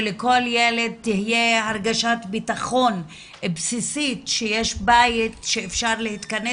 שלכל ילד תהיה הרגשת בטחון בסיסית שיש בית שאפשר להתכנס